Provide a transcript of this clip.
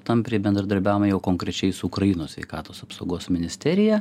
tampriai bendradarbiaujam jau konkrečiai su ukrainos sveikatos apsaugos ministerija